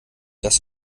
das